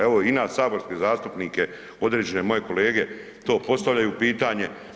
Evo, i nas saborske zastupnike, određene moje kolege to postavljaju pitanje.